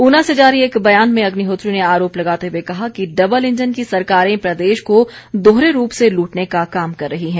उना से जारी एक बयान में अग्निहोत्री ने आरोप लगाते हुए कहा कि डबल इंजन की सरकारें प्रदेश को दोहरे रूप से लूटने का काम कर रही हैं